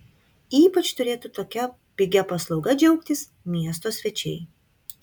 ypač turėtų tokia pigia paslauga džiaugtis miesto svečiai